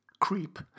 creep